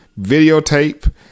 Videotape